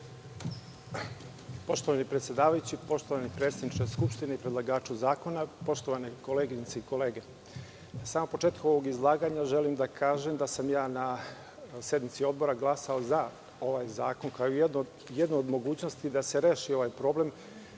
Poštovani predsedavajući, poštovani predsedniče Skupštine i predlagaču zakona, poštovane koleginice i kolege, na samom početku ovog izlaganja želim da kažem da sam ja na sednici odbora glasao za ovaj zakon, kao jednu od mogućnosti da se reši ovaj problem,